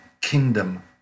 kingdom